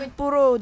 puro